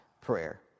prayer